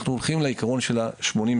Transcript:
אנחנו הולכים לעיקרון של ה-80/20.